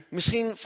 Misschien